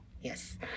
Yes